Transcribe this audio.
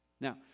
Now